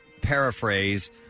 paraphrase